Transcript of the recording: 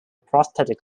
prosthetic